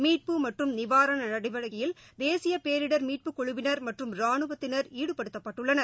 மீட்பு மற்றும் நிவாரணநடவடிக்கையில் தேசியபேரிடர் மீட்பு குழுவினர் மற்றும் ரானுவத்தினர் ஈடுபடுத்தப்பட்டுள்ளனர்